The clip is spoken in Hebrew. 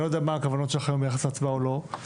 אני לא יודע מה הכוונות שלך היום ביחס להצבעה או לא,